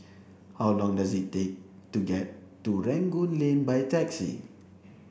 how long does it take to get to Rangoon Lane by taxi